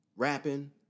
rapping